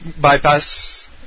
bypass